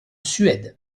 suède